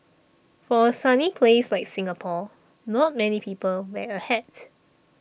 for a sunny place like Singapore not many people wear a hat